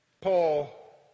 Paul